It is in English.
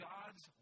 God's